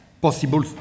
possible